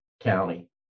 county